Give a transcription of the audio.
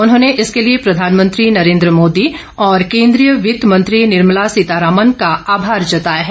उन्होंने इसके लिए प्रधानमंत्री नरेन्द्र मोदी और केन्द्रीय वित्त मंत्री निर्मला सीतारामन का आमार जताया है